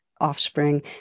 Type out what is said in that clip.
offspring